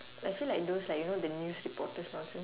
I feel like those like you know the news reporters nonsense